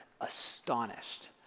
astonished